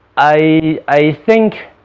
i i think